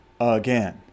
again